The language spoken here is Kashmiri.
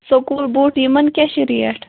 سکوٗل بوٗٹھ یِمَن کیٛاہ چھِ ریٹ